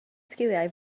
sgiliau